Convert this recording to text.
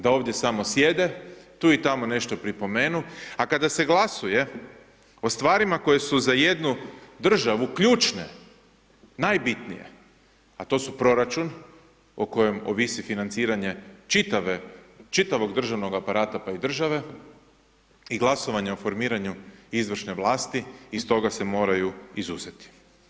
Da ovdje samo sjede, tu i tamo nešto pripomenu, a kada se glasuje o stvarima koje su za jednu državu ključne, najbitnije, a to su proračun, o kojem ovisi financiranje čitavog državnog aparata pa i države, i glasovanje o formiranju izvršne vlasti, iz toga se moraju izuzeti.